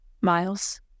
Miles